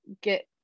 get